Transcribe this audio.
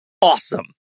awesome